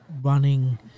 running